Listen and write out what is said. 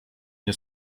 nie